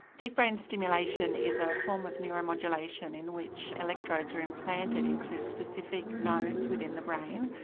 deep brain stimulation is a form of neuromodulation in which electrodes are implanted into specific nodes within the brain,